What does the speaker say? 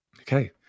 okay